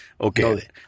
Okay